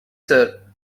sir